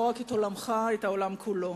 לא רק את עולמך, את העולם כולו.